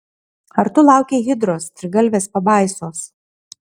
ar tu laukei hidros trigalvės pabaisos